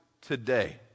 today